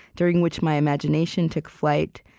during which my imagination took flight,